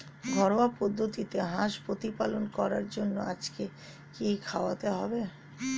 ঘরোয়া পদ্ধতিতে হাঁস প্রতিপালন করার জন্য আজকে কি খাওয়াতে হবে?